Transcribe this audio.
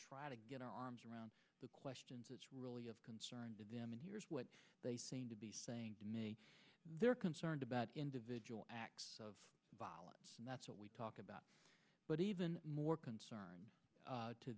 try to get our arms around the questions it's really of concern to them and here's what they seem to be saying they're concerned about individual acts of violence and that's what we talk about but even more concern